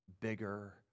bigger